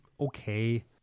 okay